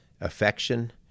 affection